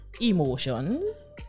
emotions